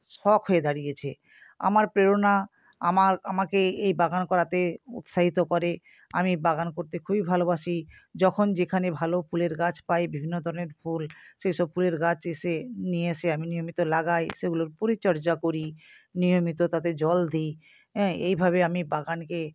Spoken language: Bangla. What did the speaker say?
শখ হয়ে দাঁড়িয়েছে আমার প্রেরণা আমার আমাকে এই বাগান করাতে উৎসাহিত করে আমি বাগান করতে খুবই ভালোবাসি যখন যেখানে ভালো ফুলের গাছ পাই বিভিন্ন ধরনের ফুল সেই সব ফুলের গাছ এসে নিয়ে এসে আমি নিয়মিত লাগাই সেগুলোর পরিচর্যা করি নিয়মিত তাতে জল দিই হ্যাঁ এইভাবে আমি বাগানকে